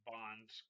Bonds